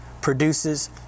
produces